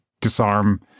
disarm